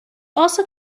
also